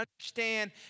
understand